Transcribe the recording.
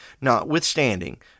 Notwithstanding